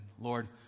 Lord